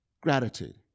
Gratitude